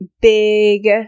big